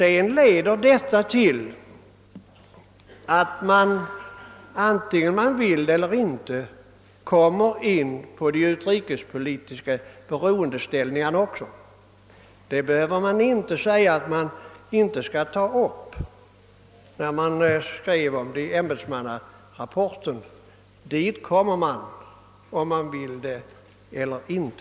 En sådan utveckling leder sedan antingen man vill det eller inte också till utrikespolitiska beroendeställningar. Det behöver man inte förneka, såsom skedde i ämbetsmannarapporten, ty dit kommer man antingen man vill det eller inte.